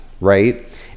right